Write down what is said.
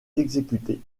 exécuté